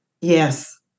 Yes